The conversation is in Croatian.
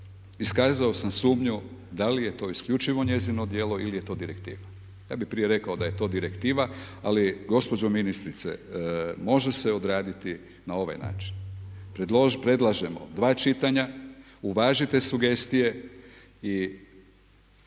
iskazao sam sumnji da li je to isključivo njezino djelo ili je to direktiva? Ja bi prije rekao da je to direktiva ali gospođo ministrice može se odraditi na ovaj način. Predlažemo dva čitanja, uvažite sugestije i